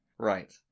right